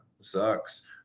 sucks